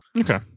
Okay